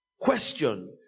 question